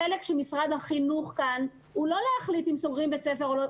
החלק של משרד החינוך כאן הוא לא להחליט האם סוגרים בין ספר או לא.